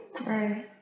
Right